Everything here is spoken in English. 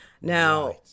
Now